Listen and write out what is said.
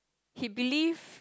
he believed